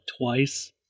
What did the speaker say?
twice